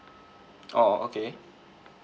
oh okay